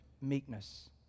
meekness